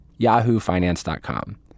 YahooFinance.com